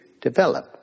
develop